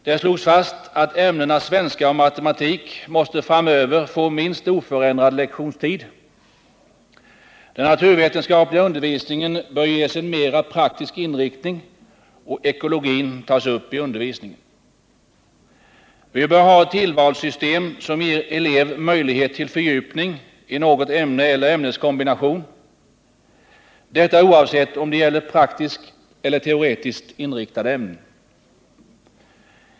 Det slogs vidare fast att ämnena svenska och matematik framöver måste få minst oförändrad lektionstid. Den naturvetenskapliga undervisningen bör ges en mera praktisk inriktning och ekologin tas upp i undervisningen. Vi bör ha ett tillvalssystem, som ger elever möjligheter till fördjupning i något ämne eller någon ämneskombination, oavsett om det gäller praktiskt eller teoretiskt inriktade ämnen.